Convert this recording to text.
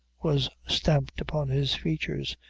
was stamped upon his features,